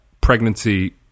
pregnancy